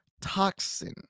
toxin